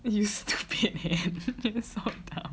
you stupid leh